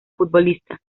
futbolista